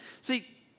See